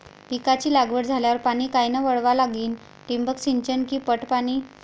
पिकाची लागवड झाल्यावर पाणी कायनं वळवा लागीन? ठिबक सिंचन की पट पाणी?